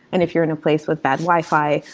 and if you're in a place with bad wi fi,